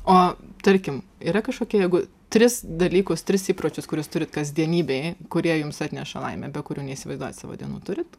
o tarkim yra kažkokia jeigu tris dalykus tris įpročius kuriuos turit kasdienybėje kurie jums atneša laimę be kurių neįsivaizduojat savo dienų turit